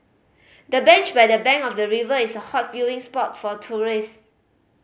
the bench by the bank of the river is a hot viewing spot for tourist